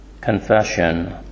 confession